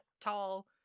tall